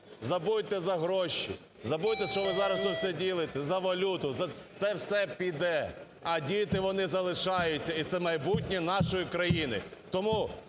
Забудьте за гроші, забудьте, що ви зараз тут все ділите – за валюту, за... Це все піде, а діти, вони залишаються і це майбутнє нашої країни. Тому,